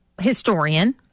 historian